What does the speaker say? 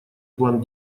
план